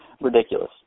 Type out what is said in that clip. Ridiculous